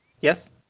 Yes